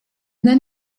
then